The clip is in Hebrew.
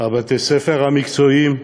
בתי-הספר המקצועיים.